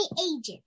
agent